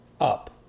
up